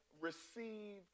receive